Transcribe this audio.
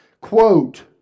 quote